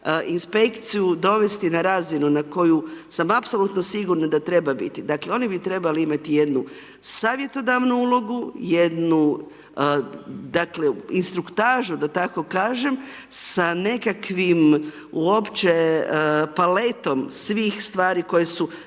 inspekciju dovesti na razinu na koju sam apsolutno sigurna da treba biti, dakle, oni bi trebali imati jednu savjetodavnu ulogu, jednu instruktažu da tako kažem, sa nekakvim uopće, paletom svih stvari koje su